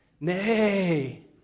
nay